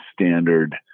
standard